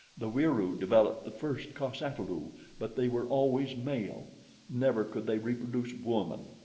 the wieroo developed the first cos-ata-lu but they were always male never could they reproduce woman.